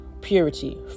purity